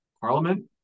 Parliament